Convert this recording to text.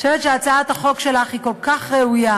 אני חושבת שהצעת החוק שלך היא כל כך ראויה,